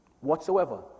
Whatsoever